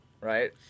Right